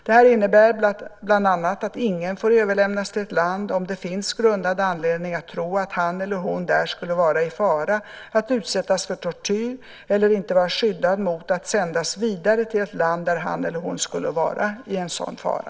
Detta innebär bland annat att ingen får överlämnas till ett land om det finns grundad anledning att tro att han eller hon där skulle vara i fara att utsättas för tortyr eller inte var skyddad mot att sändas vidare till ett land där han eller hon skulle vara i en sådan fara.